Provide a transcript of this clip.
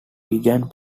began